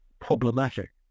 problematic